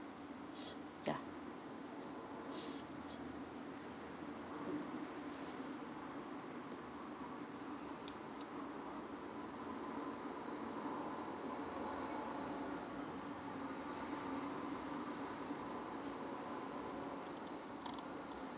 yeah